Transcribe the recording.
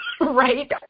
Right